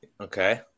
okay